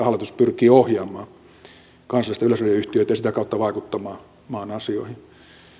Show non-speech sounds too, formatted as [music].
[unintelligible] hallitus pyrkii ohjaamaan kansallista yleisradioyhtiötä ja sitä kautta vaikuttamaan maan asioihin